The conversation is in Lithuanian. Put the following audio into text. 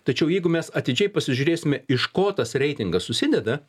tačiau jeigu mes atidžiai pasižiūrėsime iš ko tas reitingas susideda